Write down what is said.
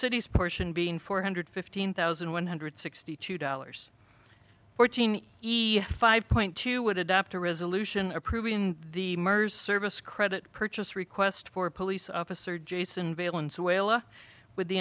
city's portion being four hundred fifteen thousand one hundred sixty two dollars fourteen five point two would adopt a resolution approving the mers service credit purchase request for police officer jason valence walen with the